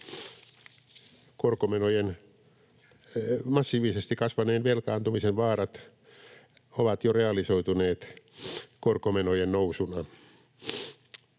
hallintaan. Massiivisesti kasvaneen velkaantumisen vaarat ovat jo realisoituneet korkomenojen nousuna.